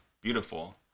beautiful